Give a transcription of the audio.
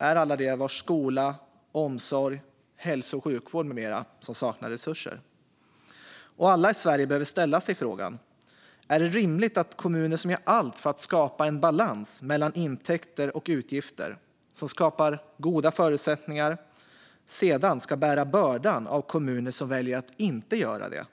är alla de vars skola, omsorg, hälso och sjukvård med mera saknar resurser. Alla i Sverige behöver ställa sig frågan om det är rimligt att kommuner som gör allt för att skapa en balans mellan intäkter och utgifter och som skapar goda förutsättningar sedan ska bära bördan av kommuner som väljer att inte göra det.